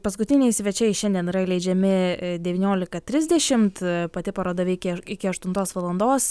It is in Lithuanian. paskutiniai svečiai šiandien yra įleidžiami devyniolika trisdešimt pati paroda veikia iki aštuntos valandos